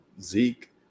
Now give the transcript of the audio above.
Zeke